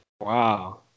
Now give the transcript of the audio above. Wow